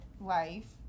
life